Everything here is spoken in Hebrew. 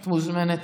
את מוזמנת.